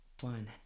One